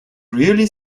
really